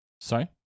Sorry